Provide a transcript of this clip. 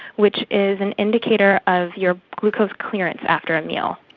which is an indicator of your glucose clearance after a meal.